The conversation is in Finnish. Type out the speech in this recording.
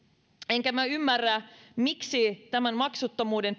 enkä minä ymmärrä miksi tämän maksuttomuuden